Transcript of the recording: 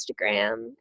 Instagram